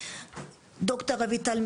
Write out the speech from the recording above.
ד"ר אביטל,